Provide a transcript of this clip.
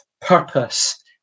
purpose